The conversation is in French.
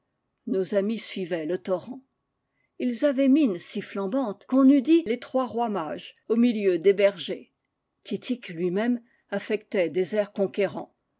nos amis suivaient le torrent ils avaient mine si flambante qu'on eût dit les trois rois mages au milieu des bergers titik lui-même affectait des airs conquérants